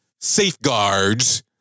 safeguards